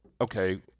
Okay